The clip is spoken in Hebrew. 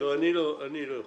אני לא חוזר.